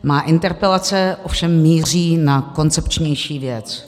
Moje interpelace ovšem míří na koncepčnější věc.